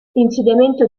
insediamento